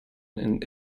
and